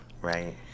Right